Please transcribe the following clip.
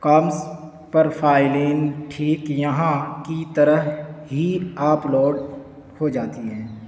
کام پر فائلیں ٹھیک یہاں کی طرح ہی آپلوڈ ہو جاتی ہیں